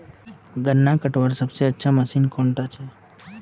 गन्ना कटवार सबसे अच्छा मशीन कुन डा छे?